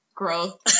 growth